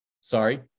sorry